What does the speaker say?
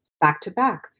back-to-back